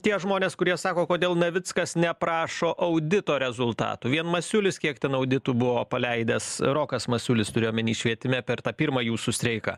tie žmonės kurie sako kodėl navickas neprašo audito rezultatų vien masiulis kiek ten auditų buvo paleidęs rokas masiulis turiu omeny švietime per tą pirmą jūsų streiką